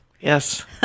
Yes